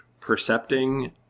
percepting